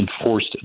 enforced